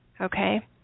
Okay